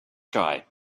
sky